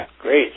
Great